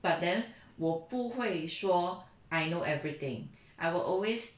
but then 我不会说 I know everything I will always